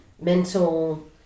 mental